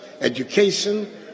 education